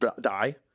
die